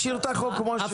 נשאיר את החוק כמו שהוא.